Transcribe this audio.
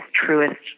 truest